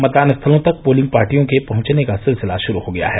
मतदान स्थलों तक पोलिंग पार्टियों के पहुंचने का सिलसिला शुरू हो गया है